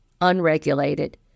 unregulated